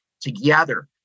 together